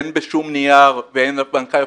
אין בשום נייר ואין לבנקאי,